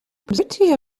pretty